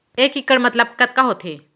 एक इक्कड़ मतलब कतका होथे?